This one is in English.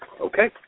Okay